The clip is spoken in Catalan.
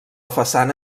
façana